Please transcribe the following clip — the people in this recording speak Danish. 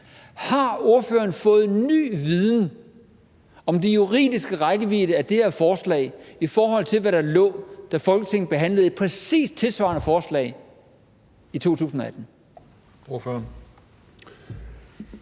Har ordføreren fået ny viden om den juridiske rækkevidde af det her forslag, i forhold til hvad der lå, da Folketinget behandlede et præcis tilsvarende forslag i 2018?